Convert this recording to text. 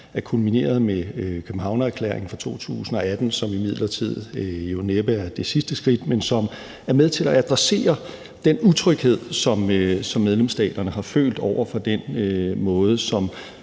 er kulmineret med Københavnererklæringen fra 2018, som imidlertid næppe er det sidste skridt, men som er med til at adressere den utryghed, som medlemsstaterne har følt ved den måde,